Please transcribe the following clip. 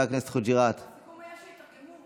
כל עוד זה אפשר בתקנון,